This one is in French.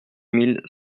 mille